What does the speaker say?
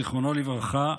זיכרונו לברכה,